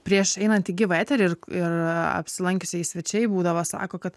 prieš einant į gyvą eterį ir apsilankiusieji svečiai būdavo sako kad